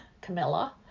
Camilla